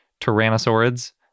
Tyrannosaurids